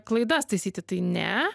klaidas taisyti tai ne